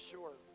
Sure